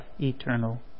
eternal